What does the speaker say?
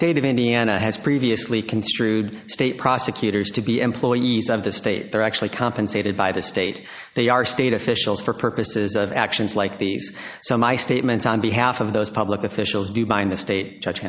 state of indiana has previously construed state prosecutors to be employees of the state they're actually compensated by the state they are state officials for purposes of actions like these so my statements on behalf of those public officials do behind the state